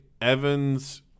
Evans –